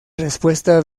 respuesta